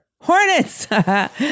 Hornets